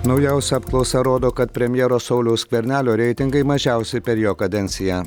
naujausia apklausa rodo kad premjero sauliaus skvernelio reitingai mažiausi per jo kadenciją